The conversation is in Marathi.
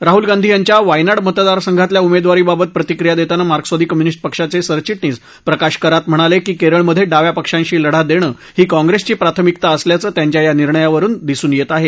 राहुल गांधी यांच्या वायनाड मतदारसंघातल्या उमेदवारीबाबत प्रतिक्रिया देताना मार्क्सवादी कम्युनिस्ट पक्षाचे सरचिटणीस प्रकाश करात म्हणाले की केरळमधे डाव्या पक्षांशी लढा देणं ही काँप्रेसची प्राथमिकता असल्याचं त्यांच्या या निर्णयावरुन दिसून येत आहे